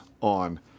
on